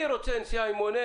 אתה רוצה נסיעה עם מונה